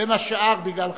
בין השאר, בגלל חנוכה.